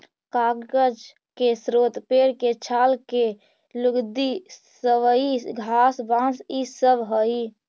कागज के स्रोत पेड़ के छाल के लुगदी, सबई घास, बाँस इ सब हई